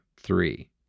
three